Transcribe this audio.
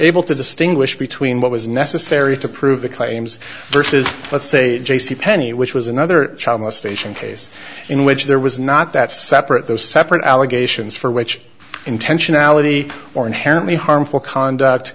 able to distinguish between what was necessary to prove the claims versus let's say j c penney which was another child molestation case in which there was not that separate those separate allegations for which intentionality or inherently harmful conduct